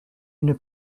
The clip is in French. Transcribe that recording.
une